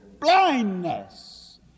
blindness